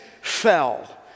fell